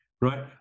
right